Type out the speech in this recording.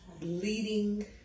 leading